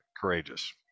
Courageous